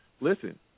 Listen